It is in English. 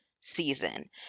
season